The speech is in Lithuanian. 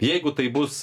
jeigu tai bus